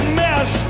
mess